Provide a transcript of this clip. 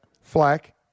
Flack